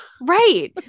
Right